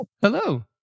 Hello